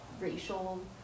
racial